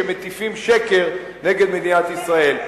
שמטיפים שקר נגד מדינת ישראל.